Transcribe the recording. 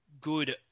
good